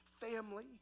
family